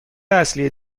اصلی